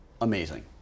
Amazing